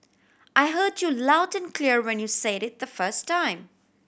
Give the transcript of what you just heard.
I heard you loud and clear when you said it the first time